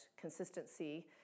consistency